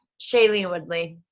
shailene woodley.